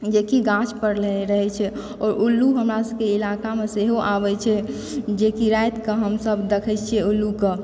जे कि बाँस पर रहै छै और उल्लू हमरा सब के इलाका मे सेहो आबै छै जे कि राति कऽ हम सब देखै छियै उल्लू के